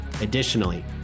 Additionally